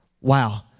Wow